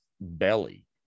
Belly